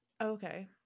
Okay